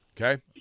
Okay